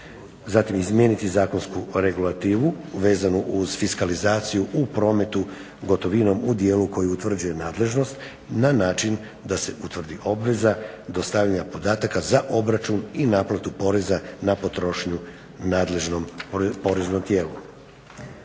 Zatim izmijeniti zakonsku regulativu vezanu uz fiskalizaciju u prometu gotovinom u dijelu koji utvrđuje nadležnost na način da se utvrdi obveza dostavljanja podataka za obračun i naplatu poreza na potrošnju nadležnom poreznom tijelu.